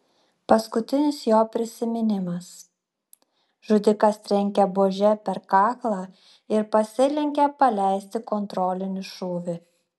paskutinis jo prisiminimas žudikas trenkia buože per kaklą ir pasilenkia paleisti kontrolinį šūvį